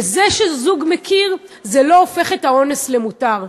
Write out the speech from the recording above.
וזה שזוג מכיר, זה לא הופך את האונס למותר.